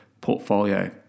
portfolio